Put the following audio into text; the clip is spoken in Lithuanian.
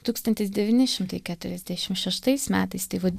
tūkstantis devyni šimtai keturiasdešim šeštais metais tai va